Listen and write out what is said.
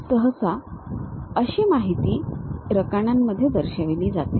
सहसा अशी माहिती ही रकान्यांमध्ये दर्शविली जाते